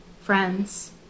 friends